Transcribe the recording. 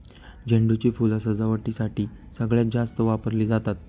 झेंडू ची फुलं सजावटीसाठी सगळ्यात जास्त वापरली जातात